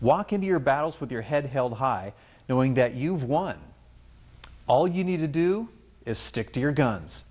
walk in your battles with your head held high knowing that you've won all you need to do is stick to your guns